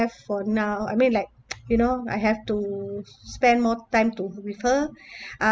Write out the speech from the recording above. have for now I mean like you know I have to spend more time to with her uh